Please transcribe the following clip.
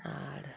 আর